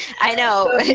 i know.